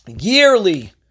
yearly